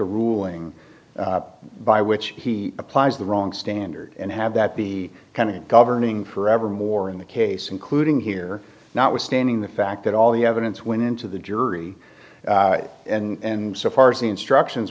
a ruling by which he applies the wrong standard and have that be kind of governing forevermore in the case including here notwithstanding the fact that all the evidence went into the jury and so far as the instructions